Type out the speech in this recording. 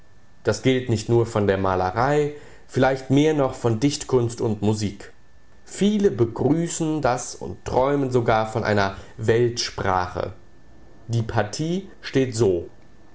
das gilt nicht nur von der malerei vielleicht mehr noch von dichtkunst und musik viele begrüßen das und träumen sogar von einer weltsprache die partie steht so